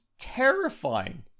terrifying